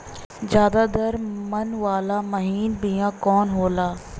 ज्यादा दर मन वाला महीन बिया कवन होला?